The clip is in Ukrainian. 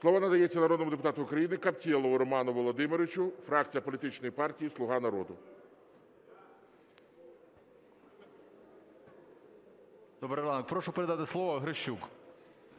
Слово надається народному депутату України Каптєлову Роману Володимировичу, фракція політичної партії "Слуга народу". 10:05:25 КАПТЄЛОВ Р.В. Добрий ранок! Прошу передати слово Грищуку.